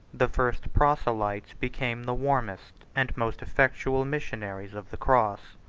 the first proselytes became the warmest and most effectual missionaries of the cross